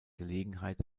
gelegenheit